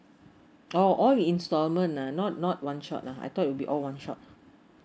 oh all in instalment ah not not one shot ah I thought it will be all one shot